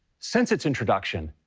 since its introduction,